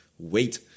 Wait